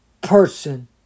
person